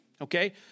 Okay